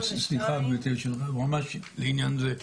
סליחה, גברתי יושבת הראש, ממש לעניין זה.